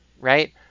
right